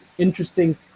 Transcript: Interesting